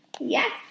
Yes